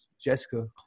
Jessica